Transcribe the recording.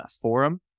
forum